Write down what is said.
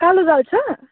कालो दाल छ